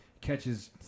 Catches